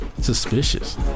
Suspicious